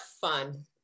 fun